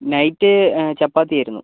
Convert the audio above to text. night chapati ആയിരുന്നു